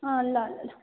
अँ ल ल ल